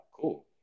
cool